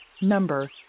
Number